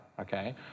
Okay